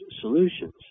solutions